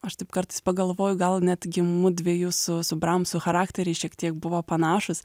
aš taip kartais pagalvoju gal netgi mudviejų su su bramsu charakteriai šiek tiek buvo panašūs